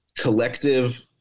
collective